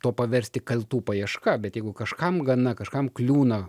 to paversti kaltų paieška bet jeigu kažkam gana kažkam kliūna